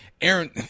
Aaron